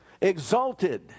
exalted